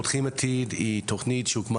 תוכנית "פותחים עתיד" היא תוכנית שהוקמה